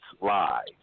lies